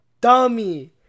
Dummy